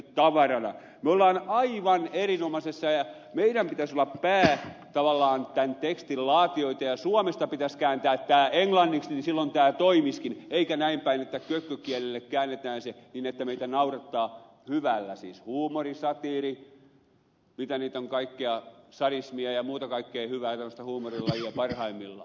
me olemme aivan erinomaisessa tilanteessa ja meidän pitäisi olla tavallaan tämän tekstin päälaatijoita ja suomesta pitäisi kääntää tämä englanniksi niin silloin tämä toimisikin eikä näinpäin että kökkökielelle käännetään niin että meitä naurattaa hyvällä siis huumori satiiri mitä niitä on kaikkea sadismia ja muuta kaikkea hyvää semmoista huumorilajia parhaimmillaan